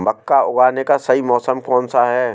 मक्का उगाने का सही मौसम कौनसा है?